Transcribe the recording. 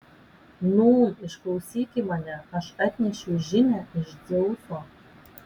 nūn išklausyki mane aš atnešiau žinią iš dzeuso